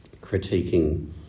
critiquing